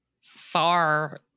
far